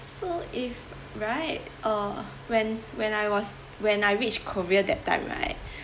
so if right uh when when I was when I reach korea that time right